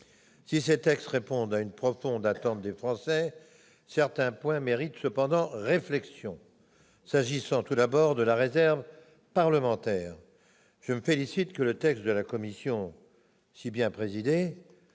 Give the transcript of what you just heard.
Si ces textes répondent à une profonde attente des Français, certains points méritent cependant réflexion. Pour le moins ! S'agissant tout d'abord de la réserve parlementaire, je me félicite que la commission, si bien présidée-